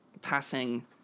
passing